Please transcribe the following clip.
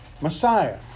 Messiah